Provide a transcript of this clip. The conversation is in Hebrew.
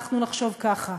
אנחנו נחשוב ככה.